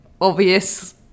obvious